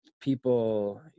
people